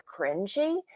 cringy